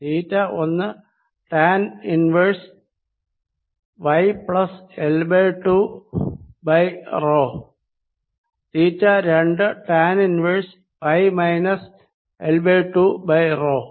തീറ്റ ഒന്ന് tan inverse y plus L by two by rho theta രണ്ട് tan inverse y minus L by two by rho ആണ്